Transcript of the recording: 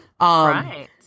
Right